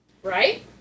Right